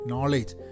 Knowledge